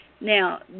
Now